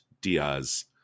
Diaz